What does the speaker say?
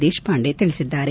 ದೇಶಪಾಂಡೆ ತಿಳಿಸಿದ್ದಾರೆ